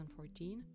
2014